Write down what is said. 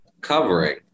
covering